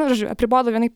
nu žodžiu apribodavo vienaip